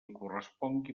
correspongui